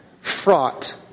fraught